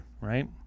Right